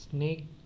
Snake